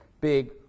big